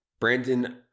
Brandon